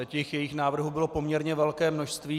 Těch jejich návrhů bylo poměrně velké množství.